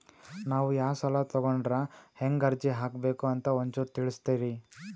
ನಾವು ಯಾ ಸಾಲ ತೊಗೊಂಡ್ರ ಹೆಂಗ ಅರ್ಜಿ ಹಾಕಬೇಕು ಅಂತ ಒಂಚೂರು ತಿಳಿಸ್ತೀರಿ?